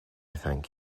thank